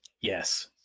yes